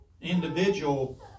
individual